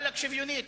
עלק שוויונית.